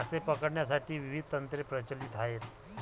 मासे पकडण्यासाठी विविध तंत्रे प्रचलित आहेत